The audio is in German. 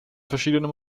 verschiedenen